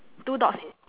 two dogs